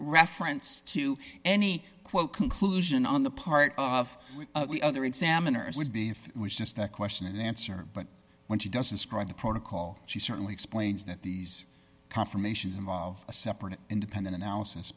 reference to any conclusion on the part of the other examiners would be if it was just that question and answer but when she doesn't describe the protocol she certainly explains that these confirmations involve a separate independent analysis